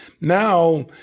Now